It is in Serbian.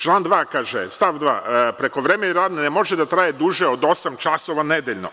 Stav 2. kaže – prekovremeni rad ne može da traje duže od osam časova nedeljno.